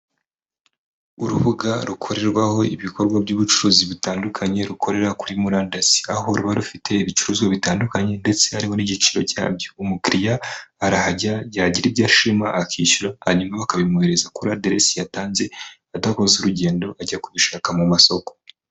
Urubuga rukorerwaho ibikorwa by'ubucuruzi bitandukanye rukorera kuri murandasi, aho ruba rufite ibicuruzwa bitandukanye ndetse hariho n'igiciro cyabyo, umukiriya arahagera yagira ibyo ashima akishyura hanyuma bakabimwohererereza kuri aderesi yatanze adakoze urugendo ajya kubishaka mu masoko.